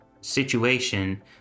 situation